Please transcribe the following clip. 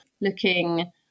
looking